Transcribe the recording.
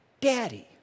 daddy